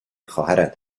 خواهرت